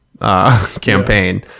campaign